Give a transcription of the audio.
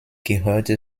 gehörte